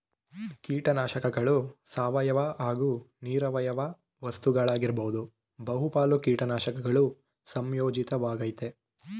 ಕೀಟನಾಶಕಗಳು ಸಾವಯವ ಹಾಗೂ ನಿರವಯವ ವಸ್ತುಗಳಾಗಿರ್ಬೋದು ಬಹುಪಾಲು ಕೀಟನಾಶಕಗಳು ಸಂಯೋಜಿತ ವಾಗಯ್ತೆ